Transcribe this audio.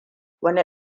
wani